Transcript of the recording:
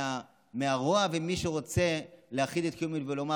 מהרוע וממי שרוצה להכחיד את קיומנו ולומר